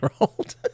old